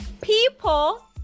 people